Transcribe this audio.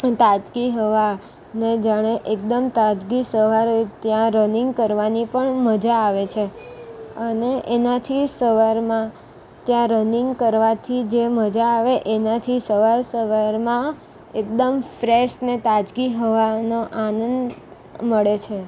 તાજગી હવા ને જાણે એકદમ તાજગી સવારે ત્યાં રનિંગ કરવાની પણ મજા આવે છે અને એનાથી સવારમાં ત્યાં રનિંગ કરવાથી જે મજા આવે એનાથી સવાર સવારમાં એકદમ ફ્રેશને તાજગી હવાનો આનંદ મળે છે